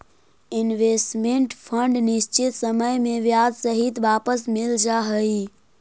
investment fund निश्चित समय में ब्याज सहित वापस मिल जा हई